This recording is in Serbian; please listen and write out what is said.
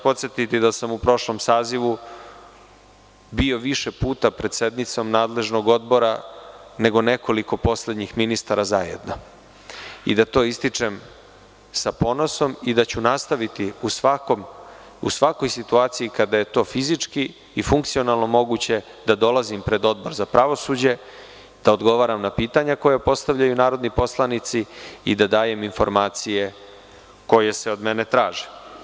Podsetiću vas da sam u prošlom sazivu bio više puta pred sednicom nadležnog odbora, nego nekoliko poslednjih ministara zajedno i da to ističem sa ponosom i da ću nastaviti u svakoj situaciji, kada je to fizički i funkcionalno moguće, da dolazim pred Odbor za pravosuđe, da odgovaram na pitanja koja postavljaju narodni poslanici i da dajem informacije koje se od mene traže.